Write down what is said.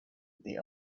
the